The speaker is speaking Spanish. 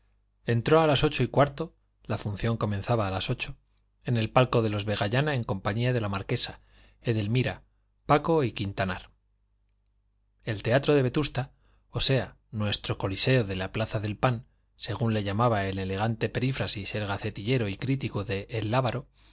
entró a las ocho y cuarto la función comenzaba a las ocho en el palco de los vegallana en compañía de la marquesa edelmira paco y quintanar el teatro de vetusta o sea nuestro coliseo de la plaza del pan según le llamaba en elegante perífrasis el gacetillero y crítico de el lábaro